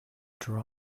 dry